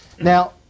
Now